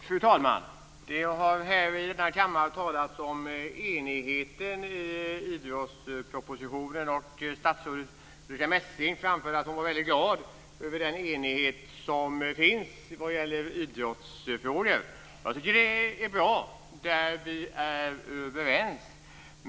Fru talman! Det har i den här kammaren talats om enigheten i idrottspropositionen. Statsrådet Ulrica Messing framförde att hon var väldigt glad över den enighet som finns när det gäller idrottsfrågor. Jag tycker att det är bra i de fall som vi är överens.